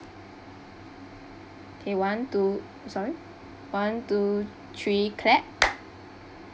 okay one two sorry one two three clap